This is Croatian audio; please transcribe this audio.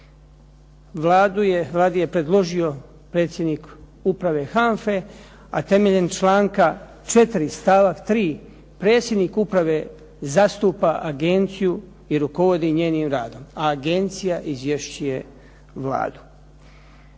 Vladi je predložio predsjednik uprave HANFA-e, a temeljem članka 4. stavak 3. predsjednik uprave zastupa agenciju i rukovodi njenim radom, a agencija izvješćuje Vladu.